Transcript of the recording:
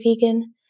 vegan